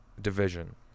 division